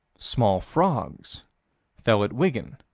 small frogs fell at wigan,